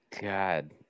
god